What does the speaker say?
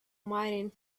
mining